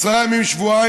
עשרה ימים שבועיים.